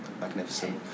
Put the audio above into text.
magnificent